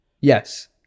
yes